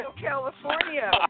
California